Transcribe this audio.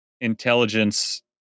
intelligence